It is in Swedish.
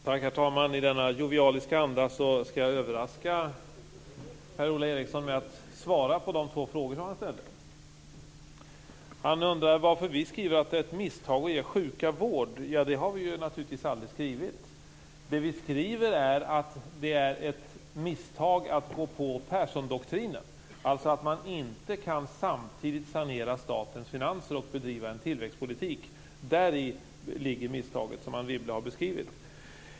Herr talman! I denna jovialiska anda skall jag överraska Per-Ola Eriksson med att svara på de två frågor som han ställde. Han undrar varför vi skriver att det är ett misstag att ge sjuka vård. Det har vi naturligtvis aldrig skrivit. Det som vi skriver är att det är ett misstag att gå på Perssondoktrinen, dvs. att man inte kan sanera statens finanser samtidigt som man bedriver en tillväxtpolitik. Däri ligger misstaget som Anne Wibble har beskrivit.